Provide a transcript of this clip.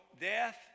death